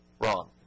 Wrong